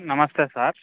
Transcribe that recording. నమస్తే సార్